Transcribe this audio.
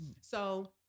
so-